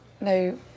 no